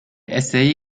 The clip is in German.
essay